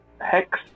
hex